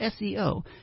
SEO